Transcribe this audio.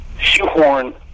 shoehorn